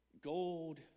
gold